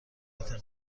قطار